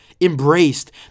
embraced